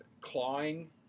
Clawing